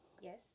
Yes